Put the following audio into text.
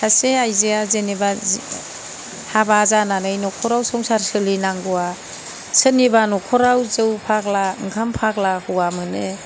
सासे आइजोआ जेनेबा जि हाबा जानानै नखराव संसार सोलिनांगौवा सोरनिबा नखराव जौ फाग्ला ओंखाम फाग्ला हौवा मोनो